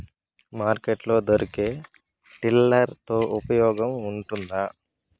Market లో దొరికే tiller తో ఉపయోగం ఉంటుందా?